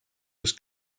was